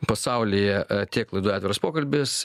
pasaulyje tiek laidoje atviras pokalbis